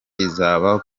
izaba